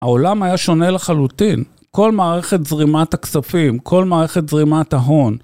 העולם היה שונה לחלוטין. כל מערכת זרימת הכספים, כל מערכת זרימת ההון.